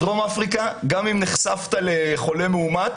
בדרום אפריקה גם אם נחשפת לחולה מאומת,